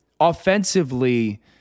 offensively